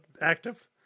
active